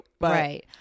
Right